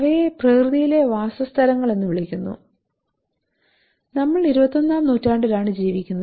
അവയെ പ്രകൃതിയിലെ വാസസ്ഥലങ്ങൾ എന്ന് വിളിക്കുന്നു നമ്മൾ 21 ആം നൂറ്റാണ്ടിലാണ് ജീവിക്കുന്നത്